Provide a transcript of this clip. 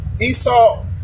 Esau